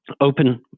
open